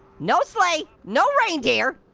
no sleigh, no reindeer.